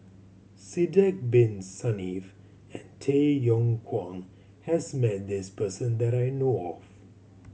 Sidek Bin Saniff and Tay Yong Kwang has met this person that I know of